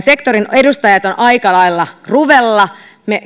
sektorin edustajat ovat aika lailla ruvella